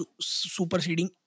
superseding